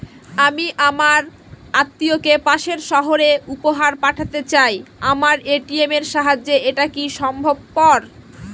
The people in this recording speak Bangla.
আমি আমার আত্মিয়কে পাশের সহরে উপহার পাঠাতে চাই আমার এ.টি.এম এর সাহায্যে এটাকি সম্ভবপর?